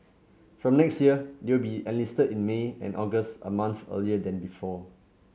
from next year they will be enlisted in May and August a month earlier than before